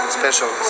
special